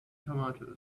tomatoes